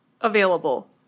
available